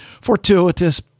fortuitous